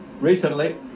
recently